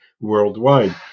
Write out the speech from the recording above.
worldwide